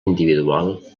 individual